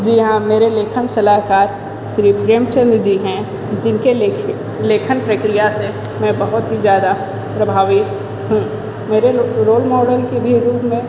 जी हाँ मेरे लेखन सलाहकार श्री प्रेमचंद जी हैं जिनके लेख लेखन प्रक्रिया से मैं बहुत ही ज़्यादा प्रभावित हूँ मेरे रोल मॉडल के भी ये रूप में